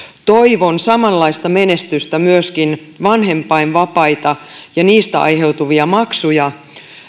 toivon samanlaista menestystä myöskin vanhempainvapaita ja niistä aiheutuvia maksuja